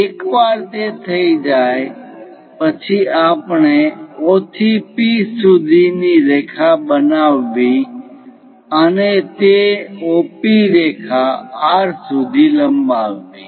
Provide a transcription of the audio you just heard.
એકવાર તે થઈ જાય પછી આપણે O થી P સુધીની રેખા બનાવવી અને તે OP રેખા R સુધી લંબાવવી